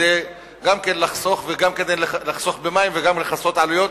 גם כדי לחסוך במים וגם כדי לכסות את העלויות,